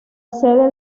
sede